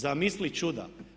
Zamisli čuda!